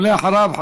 ואחריו,